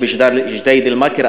בג'דיידה-אלמכר,